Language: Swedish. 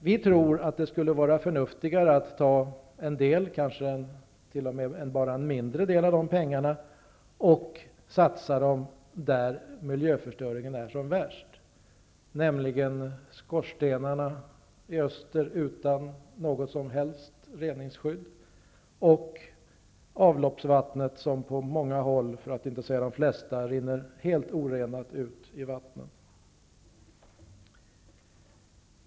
Vi tror att det skulle vara förnuftigare att ta en del, kanske t.o.m. bara en mindre del, av dessa pengar och satsa dem där miljöförstöringen är som värst. Det gäller skorstenarna i öster utan något som helst reningsskydd och avloppsvattnet som på många håll, för att inte säga de flesta, rinner helt orenat ut i vattnet.